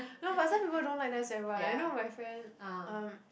no but some people don't like nice and white I know my friend um